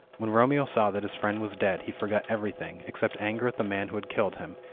when romeo saw that his friend was dead he forgot everything, except anger at the man who had killed him,